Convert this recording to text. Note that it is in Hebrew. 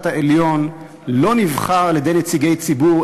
העליון לא נבחר על-ידי נציגי ציבור,